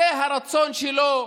זה הרצון שלו.